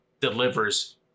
delivers